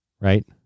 Right